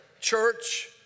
church